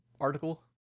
article